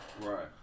Right